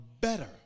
better